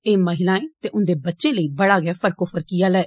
एह् महिलाएं ते उंदे बच्चें लेई बड़ा गै फर्कोफर्की आला ऐ